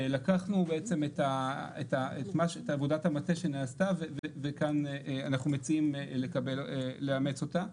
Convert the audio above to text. ולקחנו את עבודת המטה שנעשתה וכאן אנחנו מציעים לאמץ אותה.